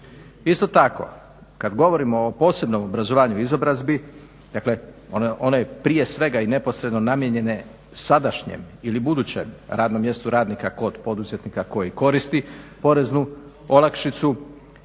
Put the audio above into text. Isto tako kada govorimo o posebnom obrazovanju i izobrazbi, dakle onaj prije svega i neposredno namijenjene sadašnjem ili budućem radnom mjestu radnika kod poduzetnika koji koristi poreznu olakšicu